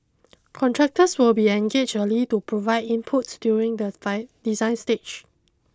contractors will be engaged early to provide inputs during the design stage